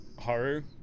Haru